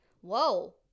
whoa